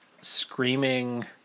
screaming